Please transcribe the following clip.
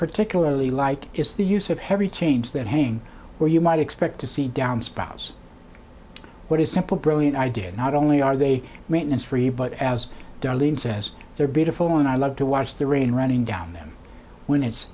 particularly like is the use of heavy chains that hang where you might expect to see down spouse what is simple brilliant idea not only are they maintenance free but as darlene says they're beautiful and i love to watch the rain running down them when it's